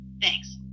Thanks